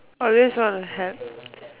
always want to help